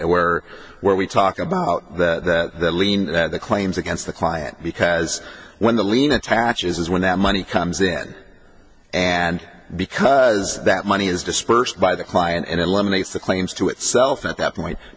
where where we talk about that lean the claims against the client because when the lien attaches when that money comes in and because that money is dispersed by the client and eliminates the claims to itself at that point